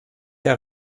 der